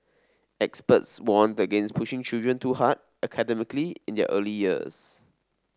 experts warned against pushing children too hard academically in their early years